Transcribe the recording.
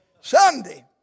Sunday